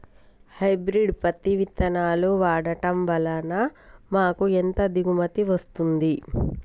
Hybrid పత్తి విత్తనాలు వాడడం వలన మాకు ఎంత దిగుమతి వస్తుంది?